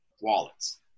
wallets